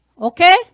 Okay